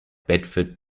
bedford